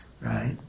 right